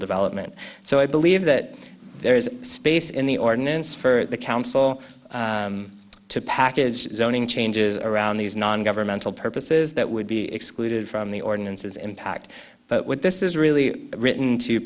development so i believe that there is space in the ordinance for the council to package zoning changes around these nongovernmental purposes that would be excluded from the ordinances impact but what this is really written to